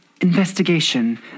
investigation